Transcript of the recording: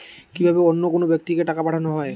কি ভাবে অন্য কোনো ব্যাক্তিকে টাকা পাঠানো হয়?